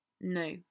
No